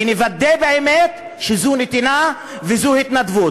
ונוודא באמת שזו נתינה וזו התנדבות.